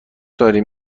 داریم